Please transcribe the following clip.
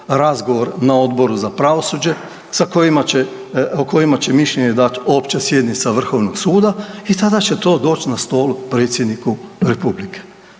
razgovor na Odboru za pravosuđe, sa kojima će, o kojima će mišljenje dati Opća sjednica Vrhovnog suda i tada će to doći na stol predsjedniku republike